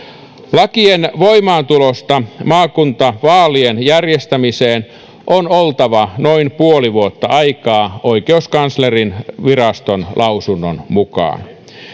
lakien voimaantulosta maakuntavaalien järjestämiseen on oltava noin puoli vuotta aikaa oikeuskanslerinviraston lausunnon mukaan